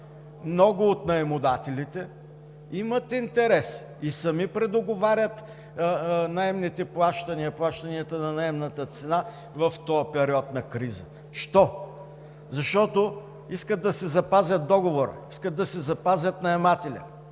Много от наемодателите имат интерес и сами предоговарят наемните плащания, плащанията на наемната цена в този период на криза. Защо? Защото искат да си запазят договора, искат да си запазят наемателя